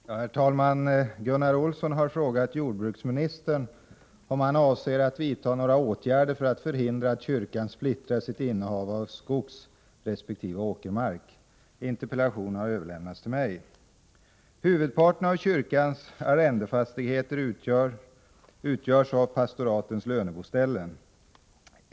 Herr talman! Gunnar Olsson har frågat jordbruksministern om han avser att vidta några åtgärder för att förhindra att kyrkan splittrar sitt innehav av skogsresp. åkermark. Interpellationen har överlämnats till mig. Huvudparten av kyrkans arrendefastigheter utgörs av pastoratens löneboställen.